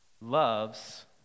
loves